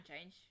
change